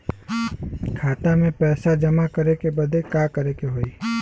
खाता मे पैसा जमा करे बदे का करे के होई?